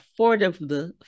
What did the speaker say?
affordable